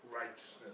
righteousness